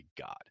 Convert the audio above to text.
God